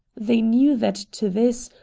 they knew that to this,